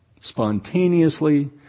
spontaneously